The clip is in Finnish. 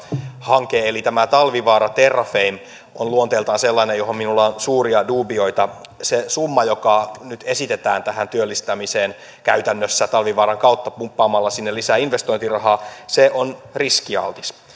hanke eli tämä talvivaara terrafame on luonteeltaan sellainen johon minulla on suuria duubioita se summa joka nyt esitetään tähän työllistämiseen käytännössä talvivaaran kautta pumppaamalla sinne lisää investointirahaa on riskialtis